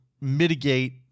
mitigate